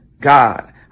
God